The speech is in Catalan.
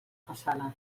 façana